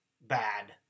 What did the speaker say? bad